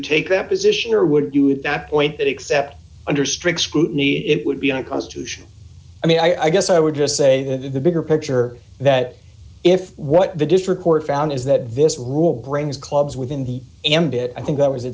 take that position or would you at that point that except under strict scrutiny it would be unconstitutional i mean i guess i would just say that in the bigger picture that if what the district court found is that this rule brings clubs within the ambit i think that was it